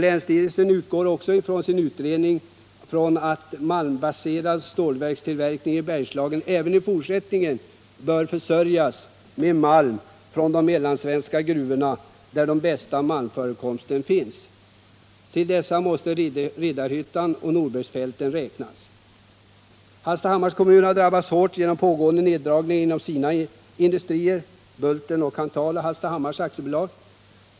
Länsstyrelsen utgår också i sin utredning från att malmbaserad specialståltillverkning i Bergslagen även i fortsättningen bör utnyttja malm från mellansvenska gruvor, där de bästa malmförekomsterna finns. Till dessa måste Riddarhytteoch Norbergsfälten räknas. Hallstahammars kommun har drabbats hårt av pågående neddragningar inom Bulten-Kanthal AB och Hallstahammars AB.